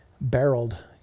barreled